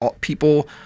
people